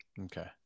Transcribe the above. Okay